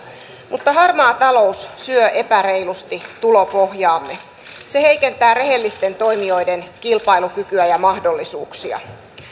mutta harmaa talous syö epäreilusti tulopohjaamme se heikentää rehellisten toimijoiden kilpailukykyä ja mahdollisuuksia